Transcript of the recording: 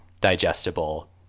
digestible